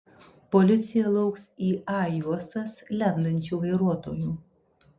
policija lauks į a juostas lendančių vairuotojų